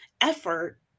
effort